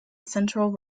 central